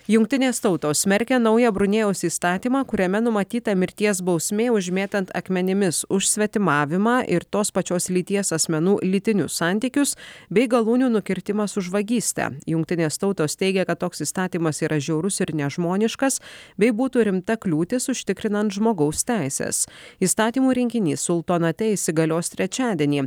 jungtinės tautos smerkia naują brunėjaus įstatymą kuriame numatyta mirties bausmė užmėtant akmenimis už svetimavimą ir tos pačios lyties asmenų lytinius santykius bei galūnių nukirtimas už vagystę jungtinės tautos teigia kad toks įstatymas yra žiaurus ir nežmoniškas bei būtų rimta kliūtis užtikrinant žmogaus teises įstatymų rinkinys sultonate įsigalios trečiadienį